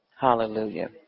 Hallelujah